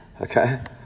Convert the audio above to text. Okay